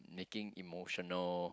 making emotional